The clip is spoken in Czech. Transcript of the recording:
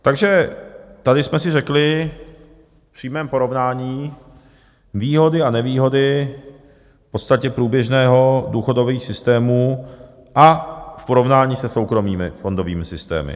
Takže tady jsme si řekli v přímém porovnání výhody a nevýhody v podstatě průběžných důchodových systémů a v porovnání se soukromými fondovými systémy.